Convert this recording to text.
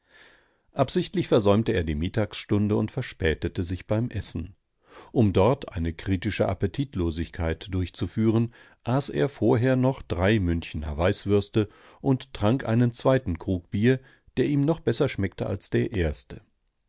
absichtlich versäumte er die mittagsstunde und verspätete sich beim essen um dort eine kritische appetitlosigkeit durchzuführen aß er vorher noch drei münchner weißwürste und trank einen zweiten krug bier der ihm noch besser schmeckte als der erste